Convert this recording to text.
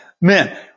men